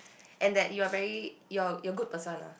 and that you are very you are you are good person